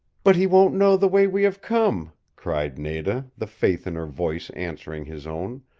but he won't know the way we have come, cried nada, the faith in her voice answering his own.